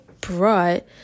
brought